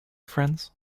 friends